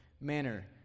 manner